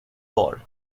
war